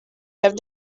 have